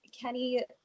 Kenny